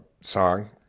song